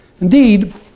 Indeed